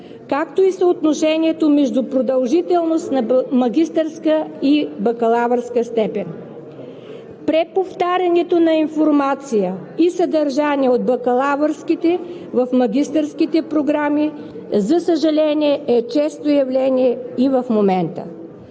както и съотношението между продължителност на магистърска и бакалавърска степен. Преповтарянето на информация и съдържание от бакалавърските в магистърските програми, за съжаление, е често явление и в момента.